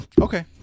Okay